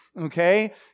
okay